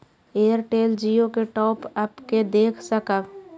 Airtel Jio के top up के देख सकब?